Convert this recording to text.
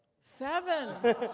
Seven